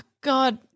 god